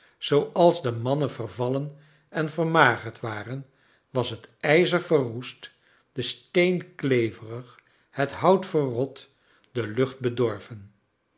zooa s de mannen vervallen en verrnagerd waren way het ijzer verroest de steen kleverig het hout verrot de lucht bedorven